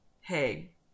hey